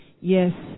Yes